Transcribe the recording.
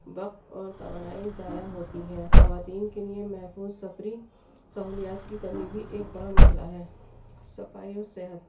وقت اور توانائی ضائع ہوتی ہے خواتین کے لیے محفوظ سفری سہولیات کی کمی بھی ایک بڑا مسئلہ ہے صفائی اور صحت